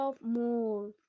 more